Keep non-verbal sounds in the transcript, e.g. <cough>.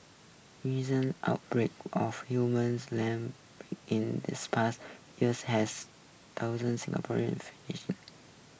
reason outbreaks of humans land in this past years has thousand Singapore <unintelligible>